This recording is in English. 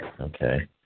Okay